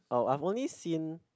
oh I've only seen